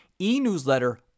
e-newsletter